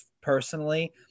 personally